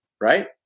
right